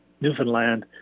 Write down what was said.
Newfoundland